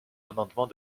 amendement